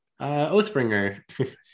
oathbringer